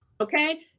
Okay